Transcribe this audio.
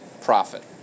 profit